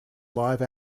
live